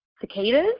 cicadas